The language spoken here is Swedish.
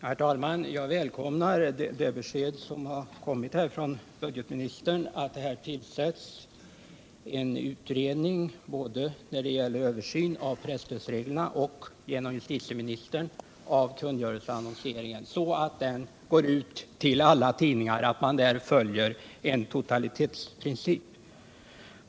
Herr talman! Jag välkomnar budgetministerns besked om att en utredning skall tillsättas med uppgift att göra en översyn av presstödsreglerna och att på uppdrag av justitieministern en översyn skall göras av kungörelseannonseringen så att den följer en totalitetsprincip.